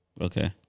Okay